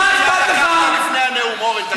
איזו פטרייה לקחת לפני הנאום, אורן?